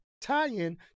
tie-in